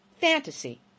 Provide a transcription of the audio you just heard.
fantasy